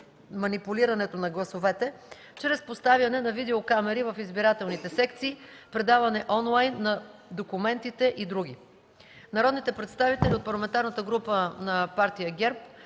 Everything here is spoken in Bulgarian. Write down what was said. манипулирането на гласовете чрез поставяне на видеокамери в избирателните секции, предаване онлайн на документите и други. Народните представители от парламентарната група на Политическа